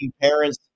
parents